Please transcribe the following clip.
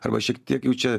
arba šiek tiek jau čia